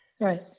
Right